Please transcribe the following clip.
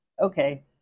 okay